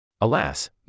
Alas